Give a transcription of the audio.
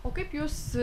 o kaip jūs